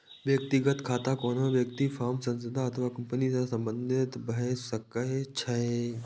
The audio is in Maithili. व्यक्तिगत खाता कोनो व्यक्ति, फर्म, संस्था अथवा कंपनी सं संबंधित भए सकै छै